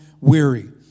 weary